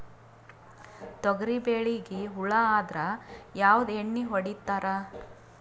ತೊಗರಿಬೇಳಿಗಿ ಹುಳ ಆದರ ಯಾವದ ಎಣ್ಣಿ ಹೊಡಿತ್ತಾರ?